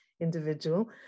individual